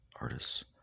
Artists